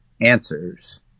answers